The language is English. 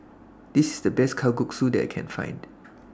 This IS The Best Kalguksu that I Can Find